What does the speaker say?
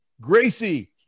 Gracie